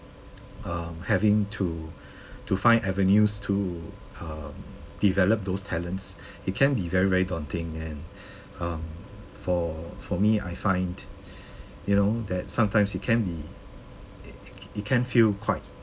um having to to find avenues to um develop those talents it can be very very daunting and um for for me I find you know that sometimes it can be i~ i~ it can feel quite